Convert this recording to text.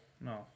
No